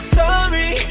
sorry